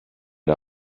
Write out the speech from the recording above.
der